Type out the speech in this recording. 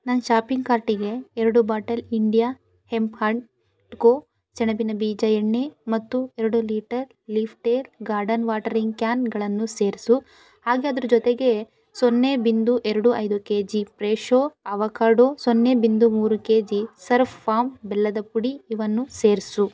ನನ್ನ ಶಾಪಿಂಗ್ ಕಾರ್ಟಿಗೆ ಎರಡು bottle India hemp and co ಸೆಣಬಿನ ಬೀಜ ಎಣ್ಣೆ ಮತ್ತು ಎರಡು litre leaf tale garden watering ಕ್ಯಾನ್ಗಳನ್ನು ಸೇರಿಸು ಹಾಗೆಯೇ ಅದ್ರ ಜೊತೆಗೆ ಸೊನ್ನೆ ಬಿಂದು ಎರಡು ಐದು ಕೆ ಜಿ ಫ್ರೆಶೋ ಆವಕಾಡೊ ಸೊನ್ನೆ ಬಿಂದು ಮೂರು ಕೆ ಜಿ ಸರ್ಫ್ ಫಾರ್ಮ್ ಬೆಲ್ಲದ ಪುಡಿ ಇವನ್ನೂ ಸೇರಿಸು